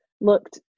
looked